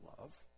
love